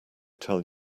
tell